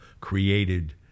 created